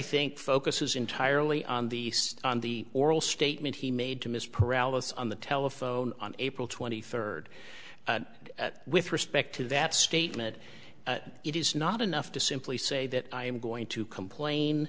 think focuses entirely on the east on the oral statement he made to ms paralysis on the telephone on april twenty third with respect to that statement it is not enough to simply say that i am going to complain